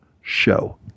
show